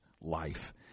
life